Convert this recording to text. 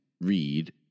read